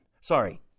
Sorry